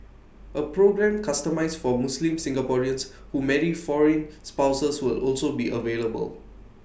A programme customised for Muslim Singaporeans who marry foreign spouses will also be available